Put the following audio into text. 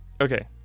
Okay